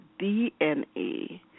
DNA